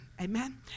amen